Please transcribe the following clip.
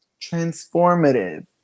transformative